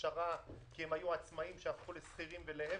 אכשרה כי היו עצמאיים שהפכו לשכירים ולהיפך,